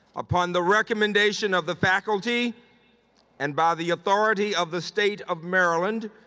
upon the recommendation of the faculty and by the authority of the state of maryland,